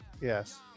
Yes